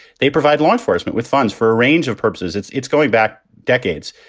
they provide law enforcement with funds for a range of purposes. it's it's going back decades.